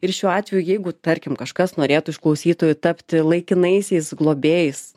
ir šiuo atveju jeigu tarkim kažkas norėtų iš klausytojų tapti laikinaisiais globėjais